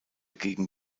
gegen